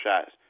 shots